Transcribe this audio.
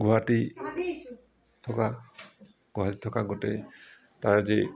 গুৱাহাটী থকা গুৱাহাটীত থকা গোটেই তাৰ যি